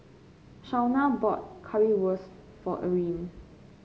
Shawna bought Currywurst for Eryn